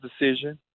decision